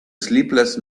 sleepless